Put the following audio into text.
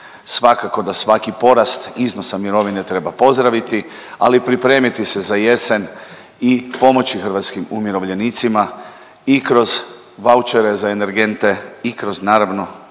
Svakako da svaki porast iznosa mirovine treba pozdraviti, ali i pripremiti se za jesen i pomoći hrvatskim umirovljenicima i kroz vaučere za energente i kroz naravno